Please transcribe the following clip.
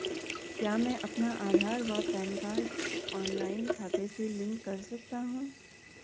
क्या मैं अपना आधार व पैन कार्ड ऑनलाइन खाते से लिंक कर सकता हूँ?